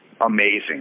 amazing